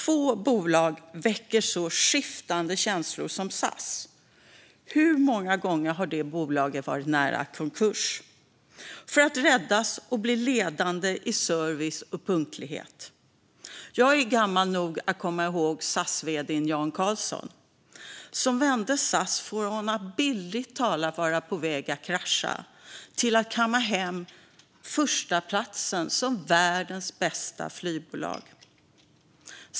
Få bolag väcker så skiftande känslor som SAS gör. Hur många gånger har inte bolaget varit nära konkurs för att därefter räddas och bli ledande i fråga om service och punktlighet? Jag är gammal nog att komma ihåg SAS-vd:n Jan Carlzon, som vände SAS från att bildligt talat vara på väg att krascha till att kamma hem förstaplatsen som världens bästa flygbolag.